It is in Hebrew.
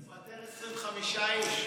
תפטר 25 איש.